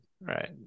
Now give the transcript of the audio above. Right